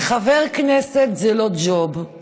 כי חבר כנסת זה לא ג'וב;